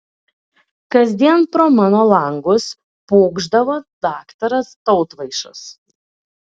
kasdien pro mano langus pūkšdavo daktaras tautvaišas